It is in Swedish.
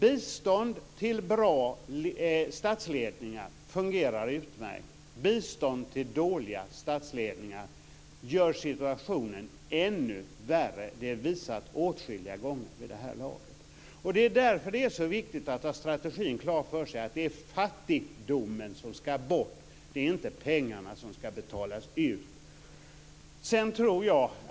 Bistånd till bra statsledningar fungerar utmärkt. Bistånd till dåliga statsledningar gör situationen ännu värre. Det är visat åtskilliga gånger vid det här laget. Det är därför det är så viktigt att ha strategin klar för sig. Det är fattigdomen som ska bort, det är inte pengarna som ska betalas ut.